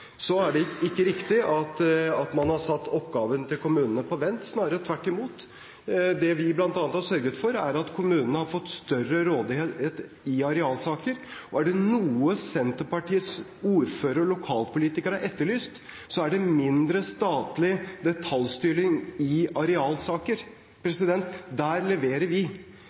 Så er det ikke riktig at vi har satt oppgavene til kommunene på vent – snarere tvert imot. Det vi bl.a. har sørget for, er at kommunene har fått større rådighet i arealsaker. Er det noe Senterpartiets ordførere og lokalpolitikere har etterlyst, er det mindre statlig detaljstyring i arealsaker. Der leverer vi. Der det forrige regimet overprøvde kommunene i 70 pst. av sakene, gir vi